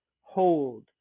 hold